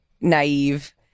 naive